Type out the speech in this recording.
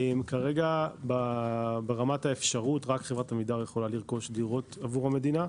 כרגע רק חברת עמידר יכולה לרכוש דירות עבור המדינה.